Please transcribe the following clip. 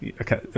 Okay